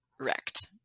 wrecked